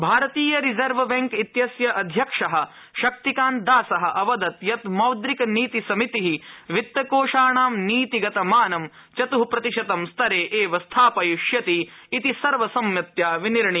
RBI भारतीय reserve bank इत्यस्य अध्यक्षः शक्तिकान्तदासः अवदत् यत् मौद्रिक नीति समितिः वित्तकोषाणां नीतिगत मानं चतुःप्रतिशतम् स्तरे एव स्थापयिष्यति इति सर्वसम्मत्या विनिर्णितम्